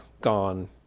gone